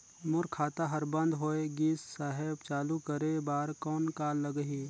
मोर खाता हर बंद होय गिस साहेब चालू करे बार कौन का लगही?